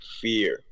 Fear